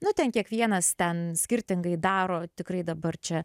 nu ten kiekvienas ten skirtingai daro tikrai dabar čia